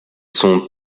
sont